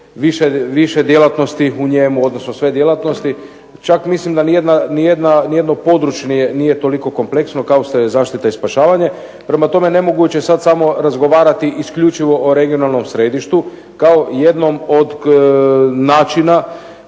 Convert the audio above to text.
više je djelatnosti u njemu, odnosno sve djelatnosti. Čak mislim da nijedno područje nije toliko kompleksno kao što je zaštita i spašavanje. Prema tome, nemoguće je sad samo razgovarati isključivo o Regionalnom središtu kao jednom od načina